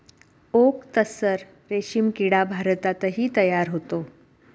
okay तस्सर रेशीम किडा भारतातही तयार होतो